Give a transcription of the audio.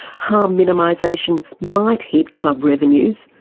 harm minimisation might hit club revenues,